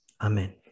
Amen